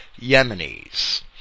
Yemenis